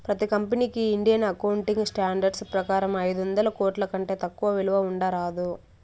ప్రతి కంపెనీకి Indian accounting standards ప్రకారం ఐదొందల కోట్ల కంటే తక్కువ విలువ ఉండరాదు